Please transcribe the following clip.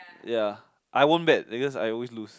ya I won't bet because I always lose